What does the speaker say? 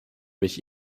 mich